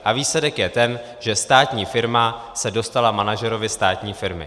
A výsledek je ten, že státní firma se dostala manažerovi státní firmy.